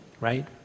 right